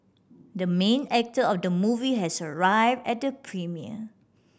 the main actor of the movie has arrived at the premiere